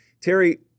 Terry